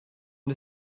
and